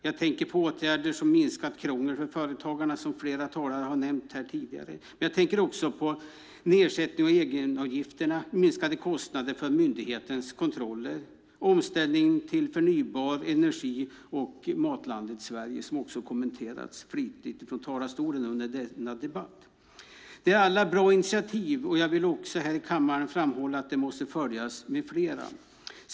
Jag tänker på åtgärder som minskat krångel för företagen, vilket flera talare har nämnt, nedsättningar av egenavgifterna, minskade kostnader för myndigheternas kontroller, omställningen till förnybar energi och lanseringen av Matlandet Sverige, som också kommenterats flitigt från talarstolen under debatten. De är alla bra initiativ, och jag vill också här i kammaren framhålla att de måste följas av flera.